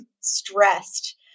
stressed